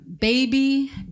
baby